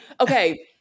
okay